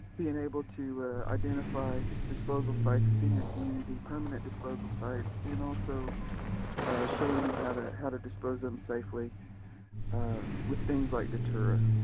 being able to identify disposal sites within your community, permanent disposal sites and also showing you how to how to dispose of them safely with things like deterra.